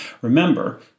Remember